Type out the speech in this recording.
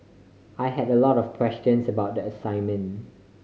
I had a lot of questions about the assignment